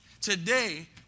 Today